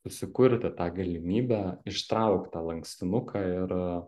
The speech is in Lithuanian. susikurti tą galimybę ištraukt tą lankstinuką ir